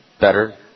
Better